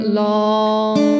long